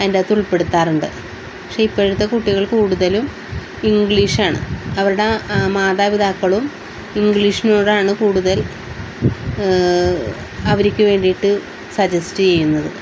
അതിൻ്റെ അകത്ത് ഉൾപ്പെടുത്താറുണ്ട് പക്ഷേ ഇപ്പഴത്തെ കുട്ടികൾ കൂടുതലും ഇംഗ്ലീഷാണ് അവരുടെ മാതാപിതാക്കളും ഇംഗ്ലീഷിനോടാണ് കൂടുതൽ അവർക്ക് വേണ്ടിയിട്ട് സജസ്റ്റ് ചെയ്യുന്നത്